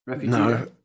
No